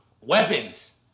weapons